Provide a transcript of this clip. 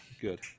good